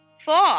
Four